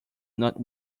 not